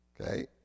Okay